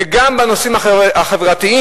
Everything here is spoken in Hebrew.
וגם בנושאים החברתיים.